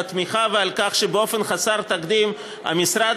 על התמיכה ועל כך שבאופן חסר תקדים תקציב המשרד